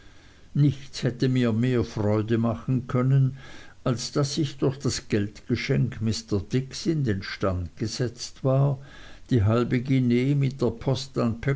nichts hätte mir mehr freude machen können als daß ich durch das geldgeschenk mr dicks in den stand gesetzt war die halbe guinee mit der post